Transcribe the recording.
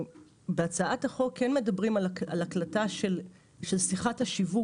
בהצעת החוק כן מדברים על הקלטה של שיחת השיווק